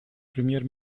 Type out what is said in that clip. премьер